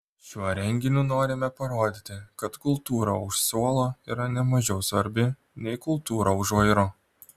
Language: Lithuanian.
šiuo renginiu norime parodyti kad kultūra už suolo yra ne mažiau svarbi nei kultūra už vairo